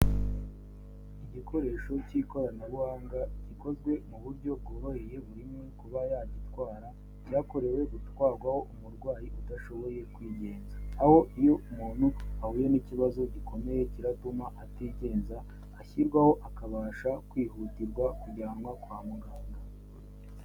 Igikoresho cy'ikoranabuhanga gikozwe mu buryo bworoheye buri umwe kuba yagitwara cyakorewe gutwarwaho umurwayi udashoboye kwigenza aho iyo umuntu ahuye n'ikibazo gikomeye kiratuma atigenza, ashyirwaho akabasha kwihutirwa kujyanwa kwa muganga.